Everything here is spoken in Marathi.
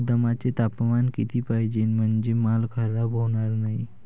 गोदामाचे तापमान किती पाहिजे? म्हणजे माल खराब होणार नाही?